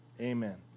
Amen